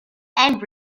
and